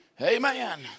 amen